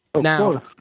Now